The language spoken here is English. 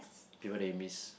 people they miss